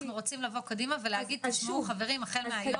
אנחנו רוצים ללכת קדימה ולהגיד שהחל מהיום